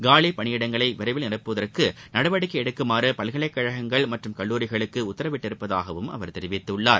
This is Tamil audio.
காலிப் பணியிடங்களை விரைவில் நிரப்புவதற்கு நடவடிக்கை எடுக்குமாறு பல்கலைக்கழகங்கள் மற்றும் கல்லூரிகளுக்கு உத்தரவிட்டுள்ளதாகவும் அவர் தெரிவித்துள்ளார்